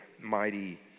mighty